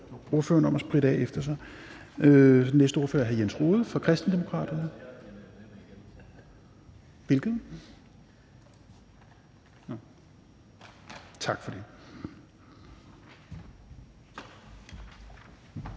næste ordfører er hr. Jens Rohde fra Kristendemokraterne.